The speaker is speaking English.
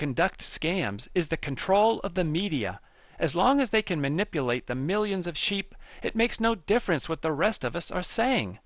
conduct scams is the control of the media as long as they can manipulate the millions of sheep it makes no difference what the rest of us are saying